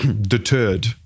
deterred